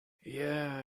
yeah